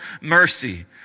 mercy